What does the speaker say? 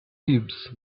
heaps